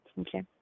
Okay